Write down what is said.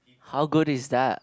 how good is that